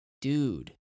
dude